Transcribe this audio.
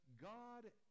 God